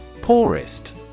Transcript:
Poorest